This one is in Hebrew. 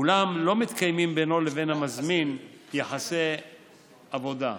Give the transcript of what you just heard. אולם לא מתקיימים בינו לבין המזמין יחסי עבודה.